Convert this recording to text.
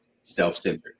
self-centered